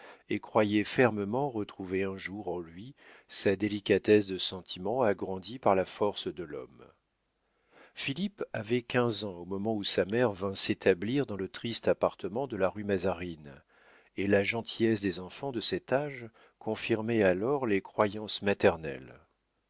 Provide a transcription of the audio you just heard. et croyait fermement retrouver un jour en lui sa délicatesse de sentiments agrandie par la force de l'homme philippe avait quinze ans au moment où sa mère vint s'établir dans le triste appartement de la rue mazarine et la gentillesse des enfants de cet âge confirmait alors les croyances maternelles